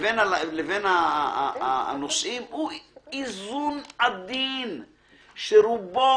לבין הנוסעים הוא איזון עדין שרובו